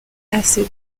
acid